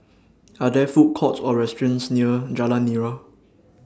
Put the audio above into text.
Are There Food Courts Or restaurants near Jalan Nira